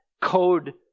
code